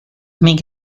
make